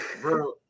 bro